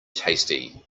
tasty